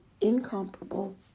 incomparable